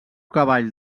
cavall